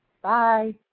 Bye